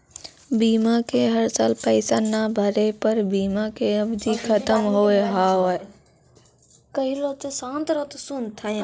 बीमा के हर साल पैसा ना भरे पर बीमा के अवधि खत्म हो हाव हाय?